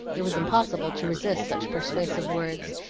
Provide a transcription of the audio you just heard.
it was impossible to resist such persuasive words,